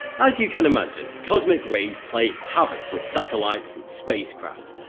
as you can imagine cosmic rays play havoc with satellites and spacecraft,